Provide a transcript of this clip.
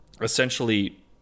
essentially